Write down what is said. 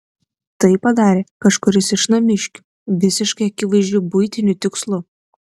tai padarė kažkuris iš namiškių visiškai akivaizdžiu buitiniu tikslu